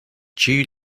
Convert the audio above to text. due